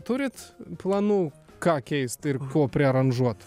turit planų ką keist ir ko priaranžuot